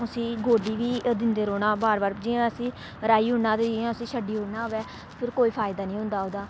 उस्सी गोड्डी बी दिंदे रौह्ना बार बार जि'यां इस्सी राही ओड़ना ते उस्सी छड्डी ओड़ना होऐ फिर कोई फायदा निं होंदा ओह्दा